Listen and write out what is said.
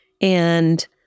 and-